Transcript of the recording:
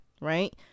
right